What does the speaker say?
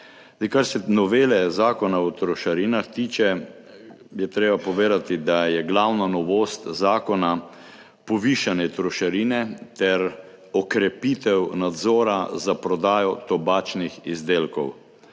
Kar se novele Zakona o trošarinah tiče, je treba povedati, da je glavna novost zakona povišanje trošarine ter okrepitev nadzora za prodajo tobačnih izdelkov.